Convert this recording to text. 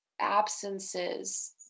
absences